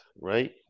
right